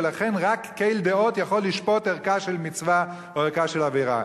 ולכן רק אל דעות יכול לשפוט ערכה של מצווה או ערכה של עבירה.